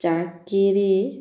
ଚାକିରି